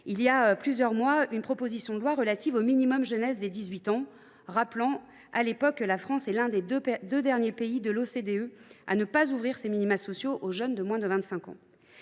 il y a plusieurs mois, une proposition de loi relative aux droits nouveaux dès dix huit ans. Nous rappelions à l’époque que la France était l’un des deux derniers pays de l’OCDE à ne pas ouvrir ses minima sociaux aux jeunes de moins de 25 ans.